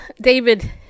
David